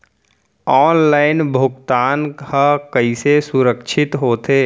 Online भुगतान हा कइसे सुरक्षित होथे?